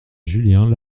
julien